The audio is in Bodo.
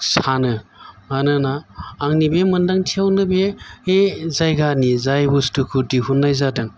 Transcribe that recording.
सानो मानोना आंनि बे मोनदांथियावनो बे जायगानि जाय बस्थुखौ दिहुननाय जादों